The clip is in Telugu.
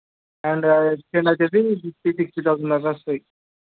అండ్ ఎక్స్టెండ్ వచ్చి ఫిఫ్టీ సిక్స్ థౌసండ్ అలా వస్తాయి